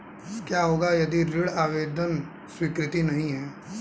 क्या होगा यदि ऋण आवेदन स्वीकृत नहीं है?